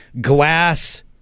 glass